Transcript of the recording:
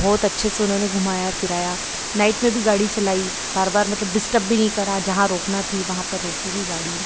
बहुत अच्छे से उन्होंने घुमाया फिराया नाइट में भी गाड़ी चलाई बार बार मतलब डिस्टर्ब भी नहीं करा जहाँ रोकनी थी वहाँ पर रोकी भी गाड़ी